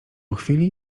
chwili